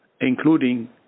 including